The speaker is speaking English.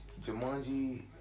Jumanji